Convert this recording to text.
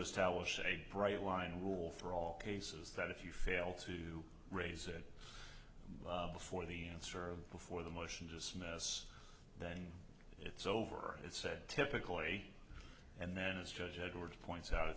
establish a bright line rule for all cases that if you fail to raise it before the answer before the motion to dismiss then it's over it's a typical way and then as judge edwards points out